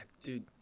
Dude